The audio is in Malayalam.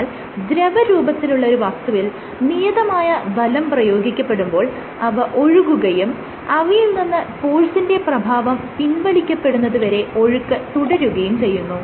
എന്നാൽ ദ്രവരൂപത്തിലുള്ള ഒരു വസ്തുവിൽ നിയതമായ ബലം പ്രയോഗിക്കപ്പെടുമ്പോൾ അവ ഒഴുകുകയും അവയിൽ നിന്നും ഫോഴ്സിന്റെ പ്രഭാവം പിൻവലിക്കപ്പെടുന്നത് വരെ ഒഴുക്ക് തുടരുകയും ചെയ്യുന്നു